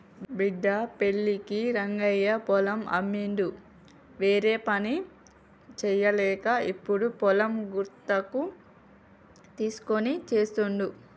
బిడ్డ పెళ్ళికి రంగయ్య పొలం అమ్మిండు వేరేపని చేయలేక ఇప్పుడు పొలం గుత్తకు తీస్కొని చేస్తుండు